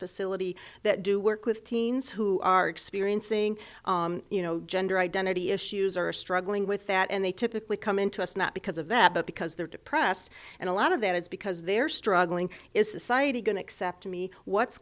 facility that do work with teens who are experiencing you know gender identity issues are struggling with that and they typically come into us not because of that but because they're depressed and a lot of that is because they're struggling is society going to accept me what's